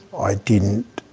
i didn't